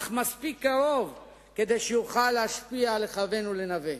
אך מספיק קרוב כדי שיוכל להשפיע, לכוון ולנווט.